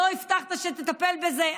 לא הבטחת שתטפל בזה,